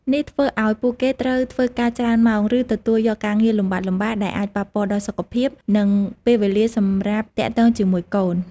នេះធ្វើឱ្យពួកគេត្រូវធ្វើការច្រើនម៉ោង ឬទទួលយកការងារលំបាកៗ ដែលអាចប៉ះពាល់ដល់សុខភាព និងពេលវេលាសម្រាប់ទាក់ទងជាមួយកូន។